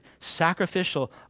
sacrificial